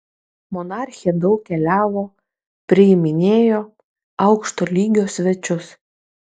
monarchė daug keliavo priiminėjo aukšto lygio svečius